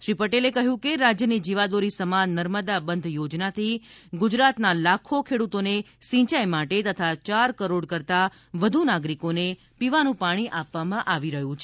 શ્રી પટેલે કહ્યું કે રાજ્યની જીવાદોરી સમાન નર્મદા બંધ યોજનાથી ગુજરાતના લાખો ખેડૂતોને સિંચાઇ માટે તથા ચાર કરોડ કરતા વધૂ નાગરિકોને પીવાનું પાણી આપવામાં આવી રહ્યું છે